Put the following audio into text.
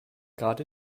gerade